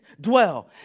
dwell